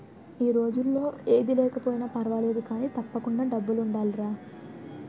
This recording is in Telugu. ఈ రోజుల్లో ఏది లేకపోయినా పర్వాలేదు కానీ, తప్పకుండా డబ్బులుండాలిరా